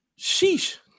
sheesh